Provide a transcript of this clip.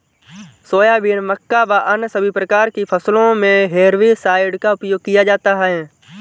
soybean, मक्का व अन्य सभी प्रकार की फसलों मे हेर्बिसाइड का उपयोग किया जाता हैं